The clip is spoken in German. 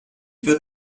wird